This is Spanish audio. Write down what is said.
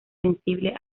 sensible